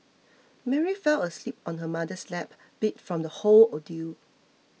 Mary fell asleep on her mother's lap beat from the whole ordeal